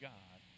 God